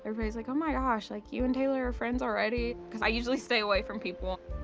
everybody's like, oh, my ah gosh, like you and taylor are friends already? cause i usually stay away from people.